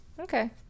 Okay